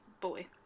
boy